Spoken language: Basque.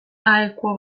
aequo